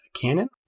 cannon